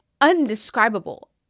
undescribable